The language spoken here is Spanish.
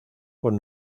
con